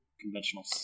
conventional